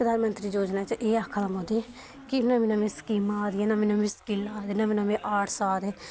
प्रधानमंत्री योजना च एह् आखा दा मोदी कि नमियां नमियां स्कीमां आ दियां नमीं नमीं स्कीमें च नमें नमें आर्टस आ दे